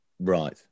Right